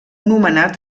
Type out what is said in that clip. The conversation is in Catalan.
nomenat